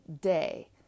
day